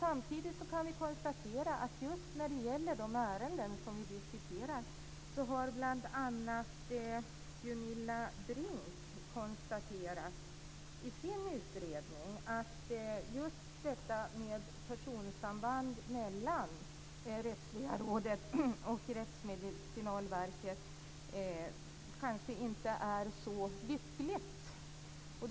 Samtidigt kan vi konstatera att just när det gäller de ärenden vi diskuterar har bl.a. Gunilla Bring i sin utredning konstaterat att detta med personsamband mellan Rättsliga rådet och Rättsmedicinalverket kanske inte är så lyckligt.